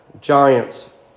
giants